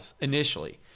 initially